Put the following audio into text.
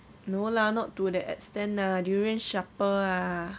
no lah not to the extent lah durian sharper ah